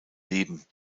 leben